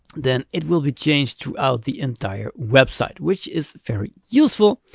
then it will be changed throughout the entire website, which is very useful.